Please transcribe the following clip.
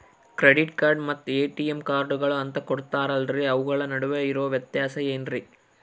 Credit card ಮತ್ತ ATM ಕಾರ್ಡುಗಳು ಅಂತಾ ಕೊಡುತ್ತಾರಲ್ರಿ ಅವುಗಳ ನಡುವೆ ಇರೋ ವ್ಯತ್ಯಾಸ ಏನ್ರಿ?